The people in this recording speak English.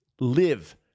live